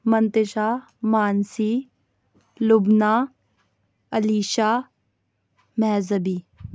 Muntasha Mansi Lubna Alisha Mahzabi